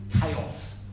chaos